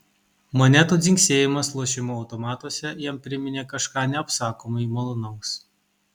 monetų dzingsėjimas lošimo automatuose jam priminė kažką neapsakomai malonaus